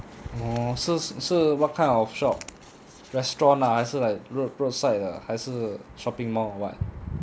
orh 是是是 what kind of shop restaurant ah 还是 like road roadside 的还是 shopping mall what